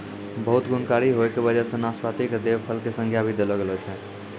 बहुत गुणकारी होय के वजह सॅ नाशपाती कॅ देव फल के संज्ञा भी देलो गेलो छै